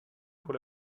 pour